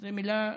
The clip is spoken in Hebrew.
זו מילה גדולה.